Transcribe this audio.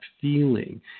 feeling